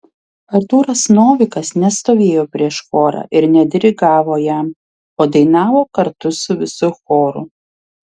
artūras novikas nestovėjo prieš chorą ir nedirigavo jam o dainavo kartu su visu choru